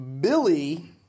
Billy